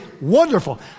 wonderful